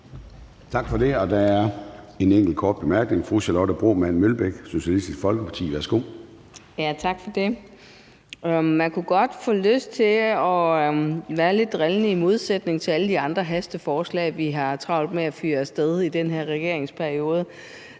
Tak for det. Der er en enkelt kort bemærkning fra fru Charlotte Broman Mølbæk, Socialistisk Folkeparti. Værsgo. Kl. 13:06 Charlotte Broman Mølbæk (SF): Tak for det. Man kunne godt få lyst til at være lidt drillende. I modsætning til alle de andre hasteforslag, vi har travlt med at fyre af sted i den her regeringsperiode,